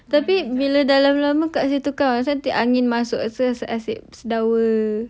tapi bila dalam kat situ kawan cantik angin masuk se~ se~ sedawa